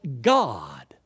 God